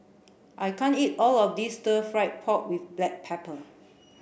I can't eat all of this stir fried pork with black pepper